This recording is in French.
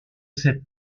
cette